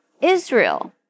Israel